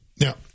now